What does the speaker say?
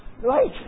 right